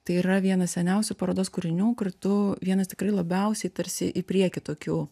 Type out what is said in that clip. tai yra vienas seniausių parodos kūrinių kartu vienas tikrai labiausiai tarsi į priekį tokių